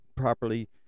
Properly